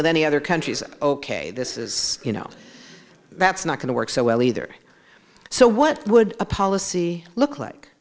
with any other countries ok this is you know that's not going to work so well either so what would a policy look like